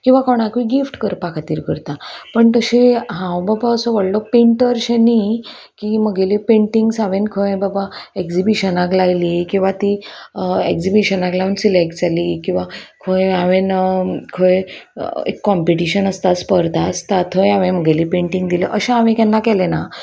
किंवां कोणाकूय गिफ्ट करपा खातीर करता पण तशें हांव बाबा असो व्हडलो पेंटर अशें न्ही की म्हगेल पेंटिंग्स हांवें खंय बाबा एगक्जिबिशनाक लायली किंवां ती एगक्जिबिशनाक लावन सिलेक्ट जाली किंवां खंय हांवें खंय एक कॉम्पिटिशन आसता स्पर्धा आसता थंय हांवें म्हगेलीं पेंटींग दिलां अशें हांवें केन्ना केलें ना